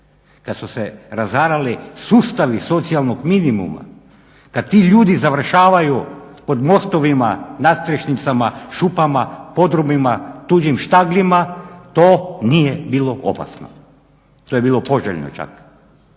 kad su se razarali sustavi socijalnog minimuma, kad ti ljudi završavaju pod mostovima, nadstrešnicama, šupama, podrumima, tuđim štagljima to nije bilo opasno, to je bilo poželjno čak